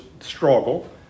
struggle